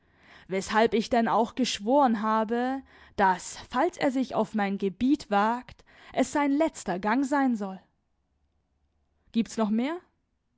weshalb ich denn auch geschworen habe daß falls er sich auf mein gebiet wagt es sein letzter gang sein soll gibt's noch mehr